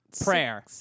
prayer